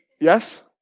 Yes